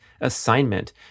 assignment